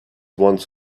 once